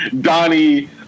Donnie